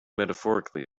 metaphorically